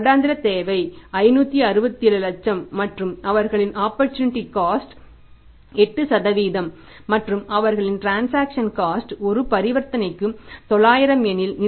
வருடாந்திர தேவை 567 லட்சம் மற்றும் அவர்களின் ஆப்பர்சூனிட்டி காஸ்ட் ஒரு பரிவர்த்தனைக்கு 900 எனில்